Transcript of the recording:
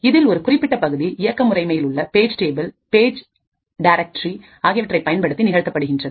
இதில் ஒரு குறிப்பிட்ட பகுதிஇயக்க முறைமையில் உள்ள பேஜ் டேபிள் பேஜ் அடைவு ஆகியவற்றைப் பயன்படுத்தி நிகழ்த்தப்படுகின்றது